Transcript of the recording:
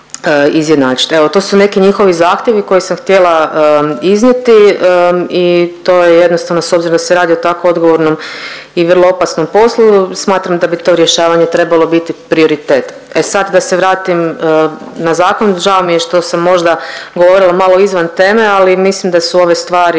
to su neki njihovi zahtjevi koje sam htjela iznijeti i to je jednostavno s obzirom da se radi o tako odgovornom i vrlo opasnom poslu, smatram da bi to rješavanje trebalo biti prioritet. E sad da se vratim na zakon, žao mi je što sam možda govorila malo izvan teme, ali mislim da su ove stvari